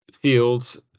Fields